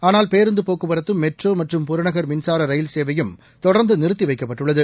ஆனால் பேருந்துப் போக்குவரத்தும் மெட்ரோ மற்றும் புறநகர் மின்சார ரயில் சேவையும் தொடர்ந்து நிறுத்தி வைக்கப்பட்டுள்ளது